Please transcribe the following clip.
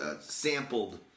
sampled